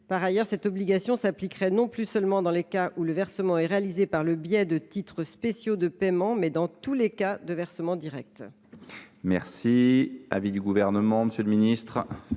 Par ailleurs, cette obligation s’appliquerait non plus seulement dans les cas où le versement est réalisé par le biais de titres spéciaux de paiement, mais aussi dans tous les cas de versement direct. Quel est l’avis du Gouvernement ? Cet